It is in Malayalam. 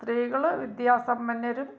സ്ത്രീകൾ വിദ്യാസമ്പന്നരും